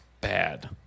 bad